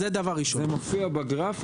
זה מופיע בגרף,